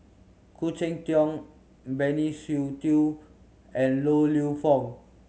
Khoo Cheng Tiong Benny Se Teo and Yong Lew Foong